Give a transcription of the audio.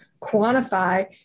quantify